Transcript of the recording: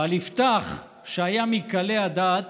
ועל יפתח, שהיה מקלי הדעת,